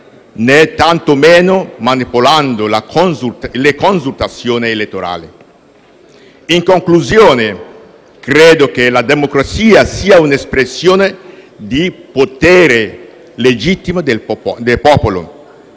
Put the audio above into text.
né tantomeno manipolando le consultazioni elettorali. In conclusione, credo che la democrazia sia un'espressione di potere legittima del popolo.